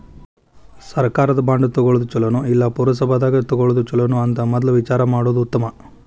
ಸರ್ಕಾರದ ಬಾಂಡ ತುಗೊಳುದ ಚುಲೊನೊ, ಇಲ್ಲಾ ಪುರಸಭಾದಾಗ ತಗೊಳೊದ ಚುಲೊನೊ ಅಂತ ಮದ್ಲ ವಿಚಾರಾ ಮಾಡುದ ಉತ್ತಮಾ